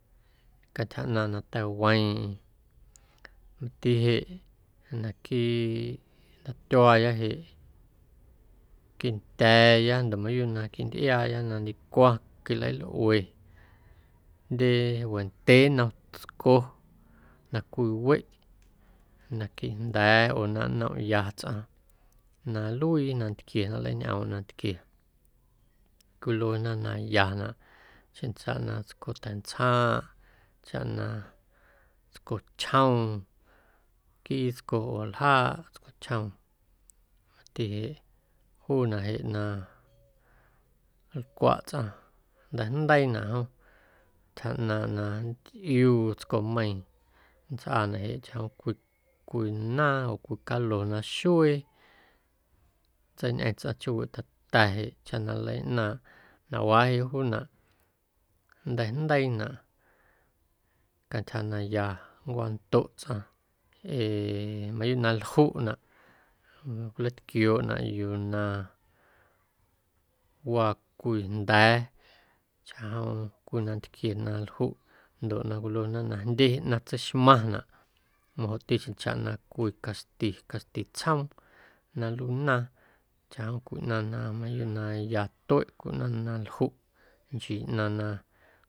Cantyja ꞌnaaⁿꞌ na teiweeⁿꞌeⁿ mati jeꞌ naquiiꞌ nnomtyuaajeꞌ quindya̱a̱ya ndoꞌ mayuuꞌ na quintꞌiaaya na ndicwa quilalꞌue jndye wendyee nnom tsco na cwiweꞌ naquiiꞌ jnda̱a̱ oo na nnomꞌya tsꞌaⁿ na nluii nantquie na nleiñꞌoomꞌ nantquie cwiluena na yanaꞌ xjeⁿ chaꞌ na tsco ta̱ntsjaⁿꞌ chaꞌ na tscochjoom nquii tsco oo ljaaꞌ tscochjoom mati jeꞌ juunaꞌ jeꞌ na nlcwaꞌ tsꞌaⁿ nnteijndeiinaꞌ jom ntyja ꞌnaaⁿꞌ na nntꞌiuu tscomeiiⁿ nntsꞌaanaꞌnaꞌ jeꞌ chaꞌ chaꞌjom cwii naaⁿ oo cwii calo na xuee nntseiñꞌeⁿ tsꞌaⁿ chjoowiꞌ ta̱ta̱ jeꞌ chaꞌ na nleiꞌnⁿꞌ nawaaꞌ jeꞌ juunaꞌ nnteijndeiinaꞌ cantyja na ya nncwandoꞌ tsꞌaⁿ ee mayuuꞌ na ljuꞌnaꞌ cwilatquiooꞌnaꞌ yuu na waa cwii jnda̱a̱ chaꞌjom cwii nantquie na ljuꞌ ndoꞌ na cwiluena na jndye ꞌnaⁿ tseixmaⁿnaꞌ majoꞌti xjeⁿchaꞌ na cwii caxti, caxti tsjoom na nluii naaⁿ chaꞌjom cwii ꞌnaⁿ na mayuuꞌ na ya tueꞌ cwii ꞌnaⁿ na ljuꞌ nchii ꞌnaⁿ na.